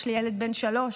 יש לי ילד בן שלוש,